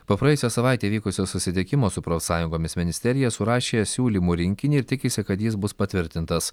po praėjusią savaitę įvykusio susitikimo su profsąjungomis ministerija surašė siūlymų rinkinį ir tikisi kad jis bus patvirtintas